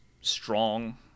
strong